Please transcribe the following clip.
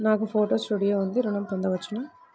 నాకు photo studio ఉంది ఋణం పొంద వచ్చునా?